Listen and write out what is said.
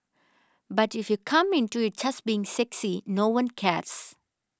but if you come into it just being sexy no one cares